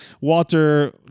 walter